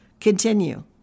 continue